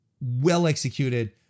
well-executed